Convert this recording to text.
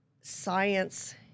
science